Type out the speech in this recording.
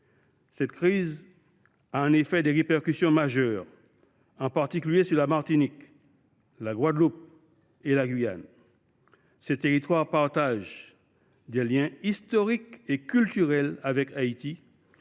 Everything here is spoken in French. Cette crise a en effet des répercussions majeures, en particulier en Martinique, en Guadeloupe et en Guyane. Ces territoires partagent des liens historiques et culturels forts avec Haïti